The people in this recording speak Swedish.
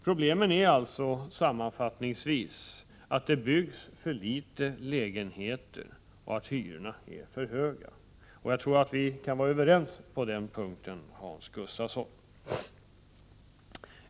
Problemen är alltså sammanfattningsvis att det byggs för få lägenheter och att hyrorna är för höga. Jag tror vi kan vara överens på den punkten, Hans Gustafsson.